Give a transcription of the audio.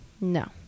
No